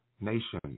nation